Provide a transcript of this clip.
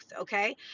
okay